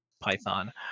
Python